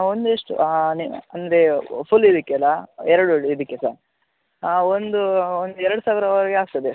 ಒಂದಿಷ್ಟು ಆ ನೆ ಅಂದರೆ ಫುಲ್ ಇದಕ್ಕೆ ಅಲ್ಲ ಎರಡು ಇದಕ್ಕೆ ಸ ಆ ಒಂದು ಒಂದು ಎರಡು ಸಾವಿರವರೆಗೆ ಆಗ್ತದೆ